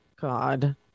God